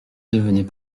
devenait